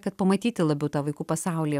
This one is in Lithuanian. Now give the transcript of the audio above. kad pamatyti labiau tą vaikų pasaulį